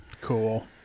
Cool